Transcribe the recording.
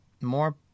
more